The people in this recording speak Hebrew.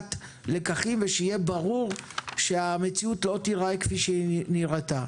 והפקת לקחים ושיהיה ברור שהמציאות לא תיראה כפי שהיא נראתה.